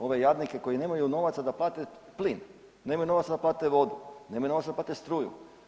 Love jadnike koji nemaju novaca da plate plin, nemaju novaca da plate vodu, nemaju novaca da plate struju.